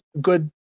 good